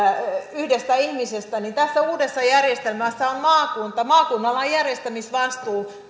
yhdestä ihmisestä on se että tässä uudessa järjestelmässä on maakunta maakunnalla on järjestämisvastuu